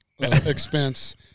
expense